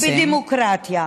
בדמוקרטיה.